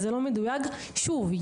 שוב,